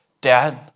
Dad